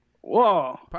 Whoa